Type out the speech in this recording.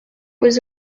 was